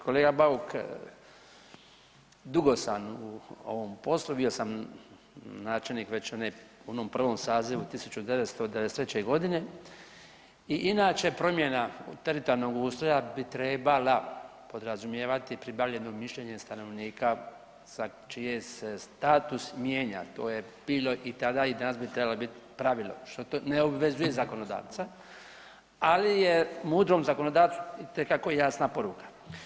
Kolega Bauk dugo sam u ovom poslu, bio sam načelnik već one, u onom prvom sazivu 1993. godine i inače promjena teritorijalnog ustroja bi trebala podrazumijevati pribavljeno mišljenje stanovnika sa čije se status mijenja, to je bilo i tada i danas bi trebalo biti pravilo što to ne obvezuje zakonodavca, ali je mudrom zakonodavcu itekako jasna poruka.